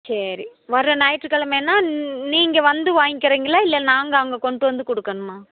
சரி வர ஞாயிற்றுக் கெழமைன்னா நீங்கள் வந்து வாங்கிக்கிருங்களா இல்லை நாங்கள் அங்கே கொண்டு வந்து கொடுக்கணுமா